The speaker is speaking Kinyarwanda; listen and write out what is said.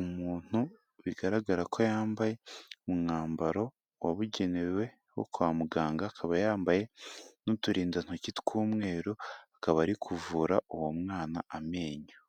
umuntu, bigaragara ko yambaye umwambaro wabugenewe wo kwa muganga, akaba yambaye n'uturindantoki tw'umweru, akaba ari kuvura uwo mwana amenyo.